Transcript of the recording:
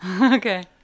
okay